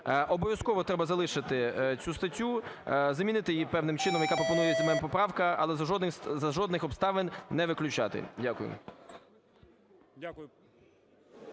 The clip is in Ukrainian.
Обов'язково треба залишити цю статтю, замінити її певним чином, як пропонує моя поправка, але за жодних обставин не виключати. Дякую.